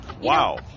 wow